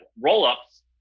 roll-ups